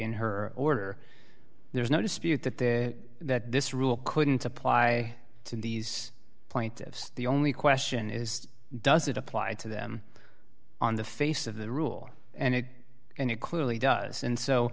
in her order there's no dispute that there that this rule couldn't apply to these plaintiffs the only question is does it apply to them on the face of the rule and it and it clearly does and so